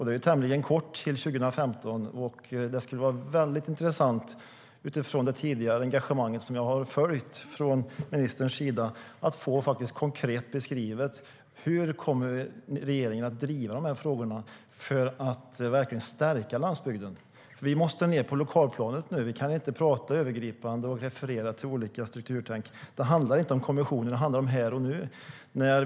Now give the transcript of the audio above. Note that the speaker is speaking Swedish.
Det är tämligen kort tid kvar till 2015, och det skulle vara väldigt intressant utifrån ministerns tidigare engagemang som jag har följt att få konkret beskrivet hur regeringen kommer att driva dessa frågor för att verkligen stärka landsbygden. Vi måste ned på lokalplanet nu. Vi kan inte prata övergripande och referera till olika strukturtänk. Det handlar inte om kommissionen; det handlar om här och nu.